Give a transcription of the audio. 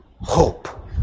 hope